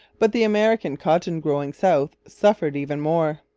but the american cotton-growing south suffered even more.